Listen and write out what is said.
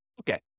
Okay